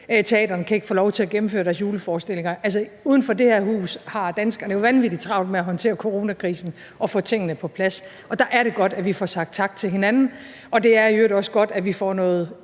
teatrene kan ikke få lov til at gennemføre deres juleforestillinger. Altså, uden for det her hus har danskerne jo vanvittig travlt med at håndtere coronakrisen og få tingene på plads, og der er det godt, at vi får sagt tak til hinanden, og det er i øvrigt også godt, at vi nu får noget